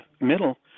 middle